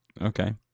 Okay